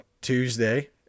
Tuesday